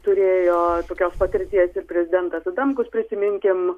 turėjo tokios patirties ir prezidentas adamkus prisiminkim